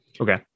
Okay